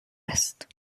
است